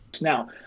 Now